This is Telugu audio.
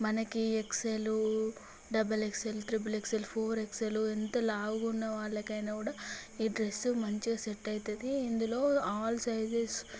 మనకి XL double XL triple XL four XL ఎంత లావుగా ఉన్న వాళ్ళకైనా కూడా ఈ డ్రెస్సు మంచిగా సెట్ అవుతుంది ఇందులో ఆల్ సైజస్